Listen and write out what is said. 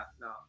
no